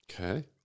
Okay